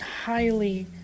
highly